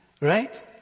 right